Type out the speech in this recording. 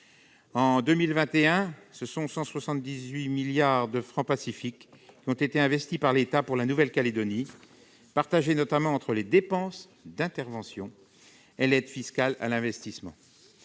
En 2021, quelque 178 milliards de francs CFP ont été investis par l'État pour la Nouvelle-Calédonie, partagés notamment entre les dépenses d'intervention et l'aide fiscale à l'investissement.